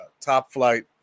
top-flight